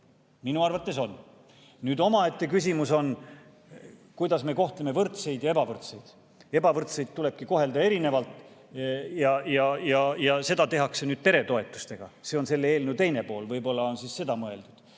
Minu arvates on. Omaette küsimus on, kuidas me kohtleme võrdseid ja ebavõrdseid. Ebavõrdseid tulebki kohelda erinevalt ja seda tehakse nüüd peretoetustega, see on selle eelnõu teine pool, võib-olla on seda mõeldud.